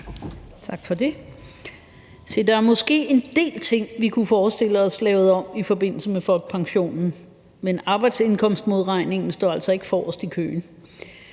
Tak for det. Der er måske en del ting, vi kunne forestille os lavet om i forbindelse med folkepensionen, men arbejdsindkomstmodregningen står altså ikke forrest i køen.